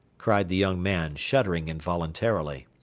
cried the young man, shuddering involuntarily.